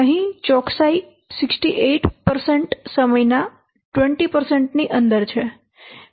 અહીં ચોકસાઈ 68 સમયના 20 ની અંદર છે